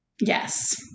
Yes